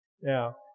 Now